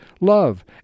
love